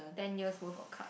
ten years worth of card